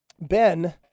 Ben